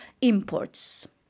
imports